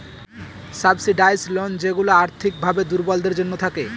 subsidised loan যেইগুলা আর্থিক ভাবে দুর্বলদের জন্য থাকে